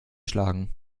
schlagen